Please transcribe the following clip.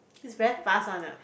it's very fast one ah